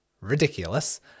ridiculous